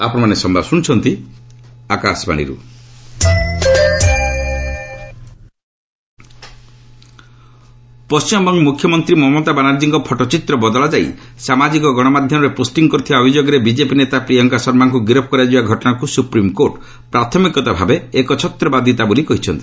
SC BJP leader Paschimbanga ମୁଖ୍ୟମନ୍ତ୍ରୀ ମମତା ବାନାର୍ଜୀଙ୍କ photo ଚିତ୍ର ବଦଳାଯାଇ ସାମାଜିକ ଗଶମାଧ୍ୟମରେ ପୋଷ୍ଟିଂ କରିଥିବା ଅଭିଯୋଗରେ ବିଜେପି ନେତା ପ୍ରିୟଙ୍କା ଶର୍ମାଙ୍କୁ ଗିରଫ୍ କରାଯିବା ଘଟଣାକୁ ସୁପ୍ରିମ୍କୋର୍ଟ ପ୍ରାଥମିକତା ଭାବେ ଏକଚ୍ଚତ୍ରବାଦୀତା ବୋଲି କହିଛନ୍ତି